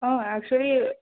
ஆ actually